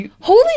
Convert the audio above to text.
Holy